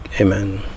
Amen